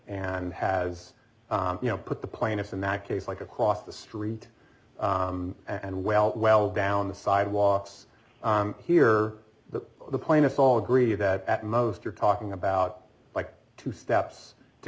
and has you know put the plaintiffs in that case like across the street and well well down the sidewalks here the the point it's all agree that at most you're talking about like two steps to